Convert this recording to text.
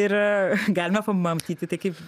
ir a galime pamamtyti tai kaip